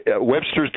Webster's